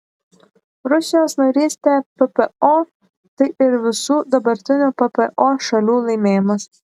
rusijos narystė ppo tai ir visų dabartinių ppo šalių laimėjimas